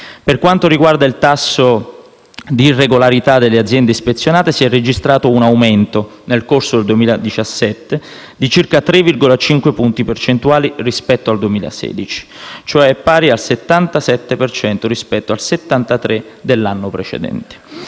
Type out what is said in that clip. Per quanto riguarda il tasso di irregolarità delle aziende ispezionate, si è registrato un aumento nel corso del 2017 di circa 3,5 punti percentuali rispetto al 2016, cioè pari a circa il 77 per cento rispetto al 73 per cento dell'anno precedente.